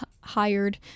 hired